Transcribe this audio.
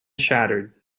shattered